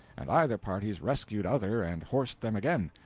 and either parties rescued other and horsed them again.